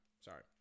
Sorry